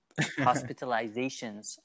hospitalizations